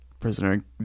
prisoner